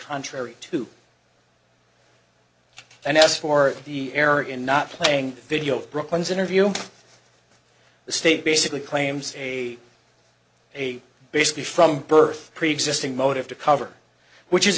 contrary to and as for the error in not playing video brooklyn's interview the state basically claims a a basically from birth preexisting motive to cover which is